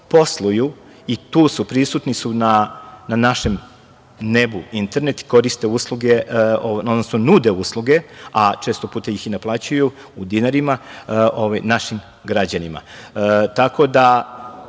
posluju i tu su prisutni na našem nebu, internet koriste usluge, odnosno nude usluge, a često puta ih i naplaćuju u dinarima našim građanima. Nismo